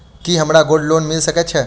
की हमरा gold loan मिल सकैत ये?